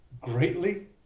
greatly